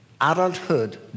Adulthood